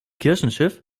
kirchenschiff